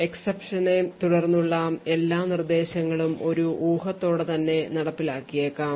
exception നെ തുടർന്നുള്ള ഈ നിർദ്ദേശങ്ങളും ഒരു ഊഹത്തോടെ തന്നെ നടപ്പിലാക്കിയേക്കാം